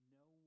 no